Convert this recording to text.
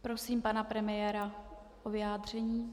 Prosím pana premiéra o vyjádření.